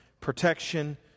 protection